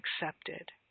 accepted